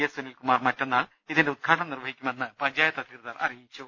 S Sunilkumar മറ്റന്നാൾ ഇതിന്റെ ഉദ്ഘാടനം നിർവഹിക്കുമെന്ന് പഞ്ചായത്ത് അധികൃതർ അറിയിച്ചു